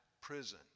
prison